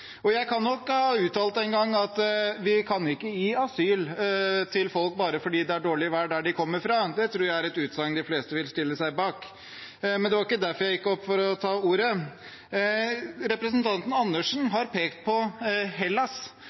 løsninger. Jeg kan nok ha uttalt en gang at vi ikke kan gi asyl til folk bare fordi det er dårlig vær der de kommer fra, det tror jeg er et utsagn de fleste vil stille seg bak. Men det var ikke derfor jeg gikk opp for å ta ordet. Representanten Andersen har pekt på Hellas